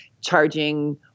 charging